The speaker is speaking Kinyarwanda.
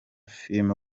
filime